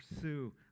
Pursue